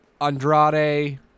Andrade